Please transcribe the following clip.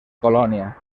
colònia